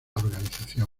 organización